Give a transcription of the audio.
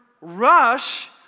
rush